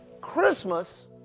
Christmas